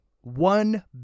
one